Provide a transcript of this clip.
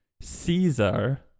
Caesar